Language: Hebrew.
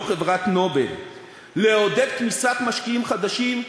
לא חברת "נובל"; לעודד כניסת משקיעים חדשים,